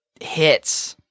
Hits